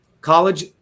college